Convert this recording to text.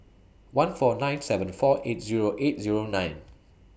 one four nine seven four eight Zero eight Zero nine